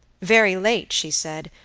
very late, she said,